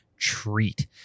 treat